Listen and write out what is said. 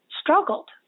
struggled